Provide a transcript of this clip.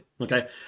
okay